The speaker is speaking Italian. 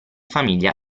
famiglia